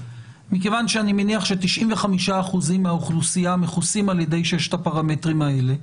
מכיוון שאני מניח ש-95% מהאוכלוסייה מכוסים על ידי ששת הפרמטרים האלה,